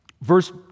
verse